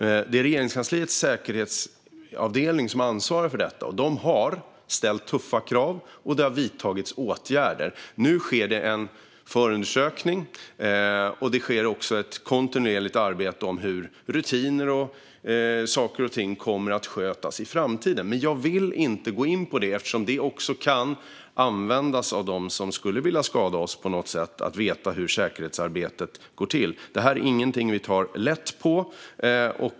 Det är Regeringskansliets säkerhetsavdelning som ansvarar för detta. De har ställt tuffa krav, och det har vidtagits åtgärder. Nu sker det en förundersökning. Det sker också ett kontinuerligt arbete med rutiner och med hur saker och ting kommer att skötas i framtiden. Jag vill dock inte gå in på det, eftersom det kan hjälpa dem som skulle vilja skada oss på något sätt att veta hur säkerhetsarbetet går till. Detta är ingenting vi tar lätt på.